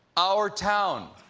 our town.